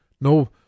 No